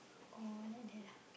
oh I like that ah